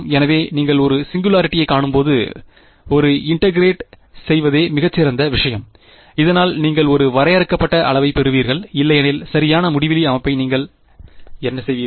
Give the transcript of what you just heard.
எனவே நீங்கள் ஒரு சிங்குலாரிட்டியை காணும்போது ஒர இன்டெகிரேட் செய்வதே மிகச் சிறந்த விஷயம் இதனால் நீங்கள் ஒரு வரையறுக்கப்பட்ட அளவைப் பெறுவீர்கள் இல்லையெனில் சரியான முடிவிலி அமைப்பை நீங்கள் என்ன செய்வீர்கள்